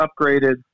upgraded